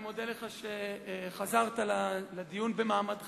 אני מודה לך על שחזרת לדיון במעמדך.